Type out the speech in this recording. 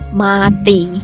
mati